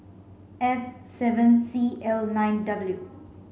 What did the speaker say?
F seven C L nine W